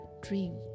dream